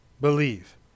believe